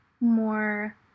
more